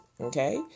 Okay